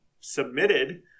submitted